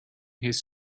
his